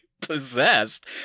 possessed